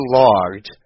logged